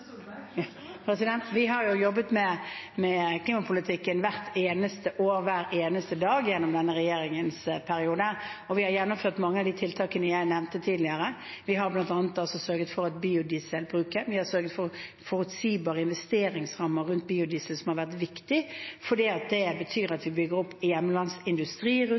Vi har jobbet med klimapolitikken hvert eneste år og hver eneste dag gjennom denne regjeringens periode, og vi har gjennomført mange av de tiltakene jeg nevnte tidligere. Vi har bl.a. sørget for å øke biodieselbruken, vi har sørget for forutsigbare investeringsrammer rundt biodiesel, noe som har vært viktig. Det betyr at vi bygger opp hjemlandsindustri rundt